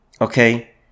Okay